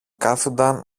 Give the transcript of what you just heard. κάθουνταν